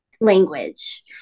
language